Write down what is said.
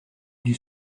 dut